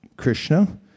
Krishna